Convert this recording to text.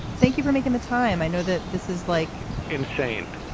thank you for making the time, i know that this is like insane